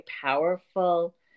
powerful